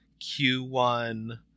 Q1